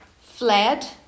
fled